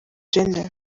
jenner